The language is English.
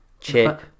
Chip